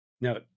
No